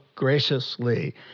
Graciously